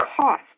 cost